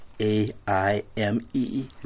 A-I-M-E